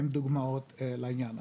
הם דוגמאות לעניין הזה.